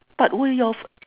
but will your